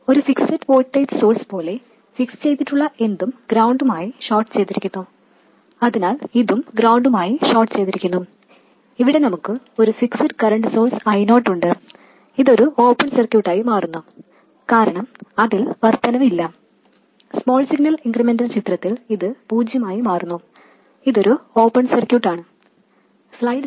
ഒരു fixed voltage source പോലെ fix ചെയ്തിട്ടുള്ള എന്തും ഗ്രൌണ്ടുമായി ഷോട്ട് ചെയ്തിരിക്കുന്നു അതിനാൽ ഇതും ഗ്രൌണ്ടുമായി ഷോട്ട് ചെയ്തിരിക്കുന്നു ഇവിടെ നമുക്ക് ഒരു ഫിക്സ്ഡ് കറൻറ് സോഴ്സ് I0 ഉണ്ട് ഇത് ഒരു ഓപ്പൺ സർക്യൂട്ടായി മാറുന്നു കാരണം അതിൽ വർദ്ധനവ് ഇല്ല സ്മോൾ സിഗ്നൽ ഇൻക്രിമെന്റൽ ചിത്രത്തിൽ ഇത് പൂജ്യമായി മാറുന്നു ഇതൊരു ഓപ്പൺ സർക്യൂട്ട് ആണ്